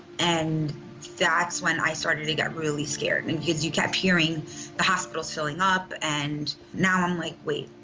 and that's when i started to get really scared, and because you kept hearing the hospitals filling up, and now i'm like, wait,